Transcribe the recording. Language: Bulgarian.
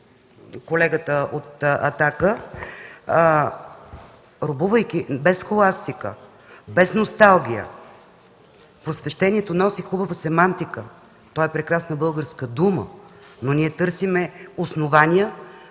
колегата от „Атака”. Без схоластика, без носталгия, просвещението носи хубава семантика, то е прекрасна българска дума, но ние търсим основания,